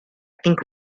think